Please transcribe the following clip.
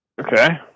Okay